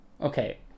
Okay